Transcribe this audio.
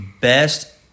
best